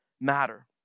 matter